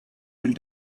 will